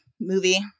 movie